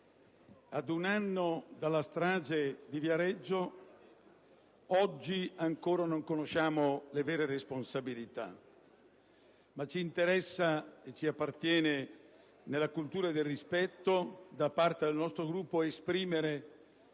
ad un anno dalla strage di Viareggio, oggi ancora non conosciamo le vere responsabilità, ma ci interessa e ci appartiene, nella cultura del rispetto, da parte del nostro Gruppo esprimere